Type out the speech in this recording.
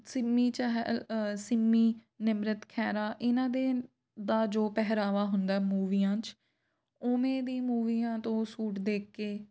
ਸਿੰਮੀ ਚਹਿ ਅ ਸਿੰਮੀ ਨਿਮਰਤ ਖਹਿਰਾ ਇਹਨਾਂ ਦੇ ਦਾ ਜੋ ਪਹਿਰਾਵਾ ਹੁੰਦਾ ਮੂਵੀਆਂ 'ਚ ਉਵੇਂ ਦੀ ਮੂਵੀਆਂ ਤੋਂ ਸੂਟ ਦੇਖ ਕੇ